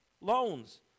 loans